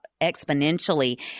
exponentially